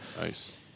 Nice